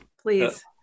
please